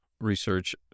research